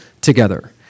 together